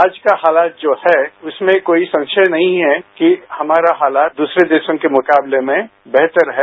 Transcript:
आज का हालात जो है उसमें कोई संशय नहीं है कि हमारा हालात दूसरे रेशों के मुकाबले में बेहतर हैं